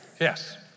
Yes